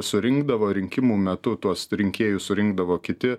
surinkdavo rinkimų metu tuos rinkėjus surinkdavo kiti